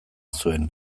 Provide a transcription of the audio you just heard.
zuen